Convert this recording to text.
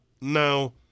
no